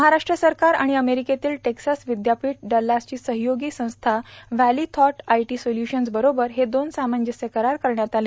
महाराष्ट्र सरकार आणि अमेरिकेतील टेक्सास विद्यापीठ डल्लासची सहयोगी संस्था व्हॅली थॉट आयटी सोल्यूशन्स बरोबर हे दोन सामंजस्य करार करण्यात आले